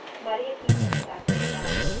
mariequita sat near by,